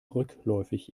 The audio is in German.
rückläufig